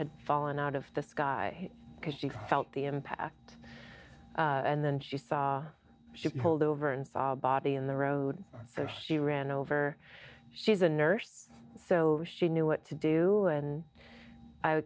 had fallen out of the sky because she felt the impact and then she saw she pulled over and saw a body in the road that she ran over she's a nurse so she knew what to do and i